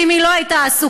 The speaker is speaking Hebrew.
ואם היא לא הייתה עסוקה,